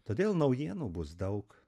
todėl naujienų bus daug